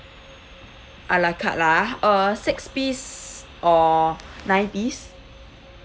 a la carte lah ah uh six piece or nine piece